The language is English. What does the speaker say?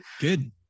Good